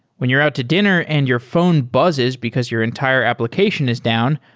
when you're out to dinner and your phone buzzes because your entire application is down,